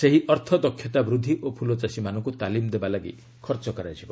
ସେହି ଅର୍ଥ ଦକ୍ଷତା ବୃଦ୍ଧି ଓ ଫୁଲଚାଷୀମାନଙ୍କୁ ତାଲିମ ଦେବା ଲାଗି ଖର୍ଚ୍ଚ କରାଯିବ